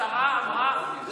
השרה אמרה,